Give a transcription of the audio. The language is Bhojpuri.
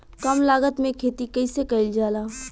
कम लागत में खेती कइसे कइल जाला?